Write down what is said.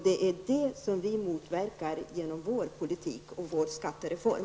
Det är det vi motverkar genom vår politik och vår skattereform.